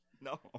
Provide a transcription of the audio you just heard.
No